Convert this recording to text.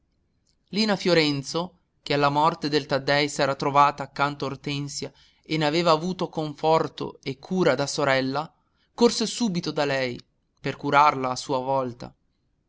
lina fiorenzo che alla morte del taddei s'era trovata accanto ortensia e n'aveva avuto conforto e cure da sorella corse subito da lei per curarla a sua volta